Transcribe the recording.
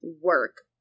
work